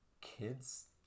kids